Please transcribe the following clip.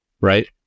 right